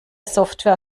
software